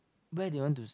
where they want to